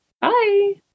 Bye